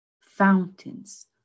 fountains